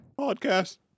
Podcast